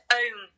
own